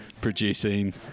producing